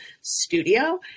studio